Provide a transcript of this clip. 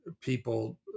people